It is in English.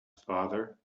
father